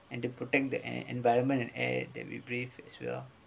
and to protect the en~ environment and air that we breathe as well